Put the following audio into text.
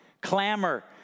clamor